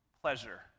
pleasure